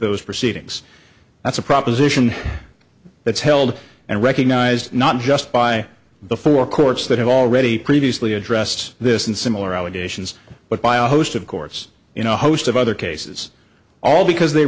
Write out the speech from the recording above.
those proceedings that's a proposition that's held and recognized not just by the four courts that have already previously addressed this and similar allegations but by a host of courts you know host of other cases all because they